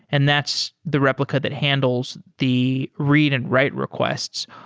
and that's the replica that handles the read and write requests.